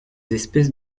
espèces